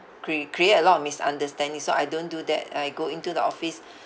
cre~ create a lot of misunderstanding so I don't do that I go into the office